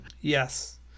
Yes